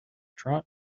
trot